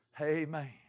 Amen